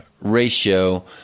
ratio